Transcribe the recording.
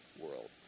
world